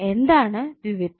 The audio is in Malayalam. എന്താണ് ദ്വിത്വം